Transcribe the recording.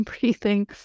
breathing